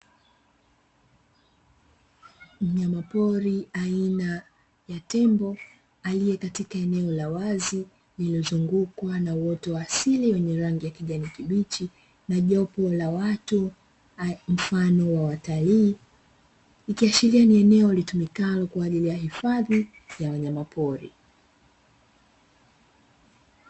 Mnyama pori aina ya tembo aliye katika eneo la wazi lililozungukwa na uoto wa asili wenye rangi ya kijani kibichi, na jopo la watu mfano wa watalii, ikiashiria ni eneo litumikalo kwa ajili ya hifadhi ya wanyama pori.